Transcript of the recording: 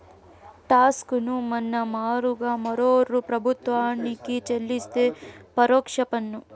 talks ను మన మారుగా మరోరూ ప్రభుత్వానికి చెల్లిస్తే పరోక్ష పన్ను